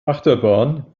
achterbahn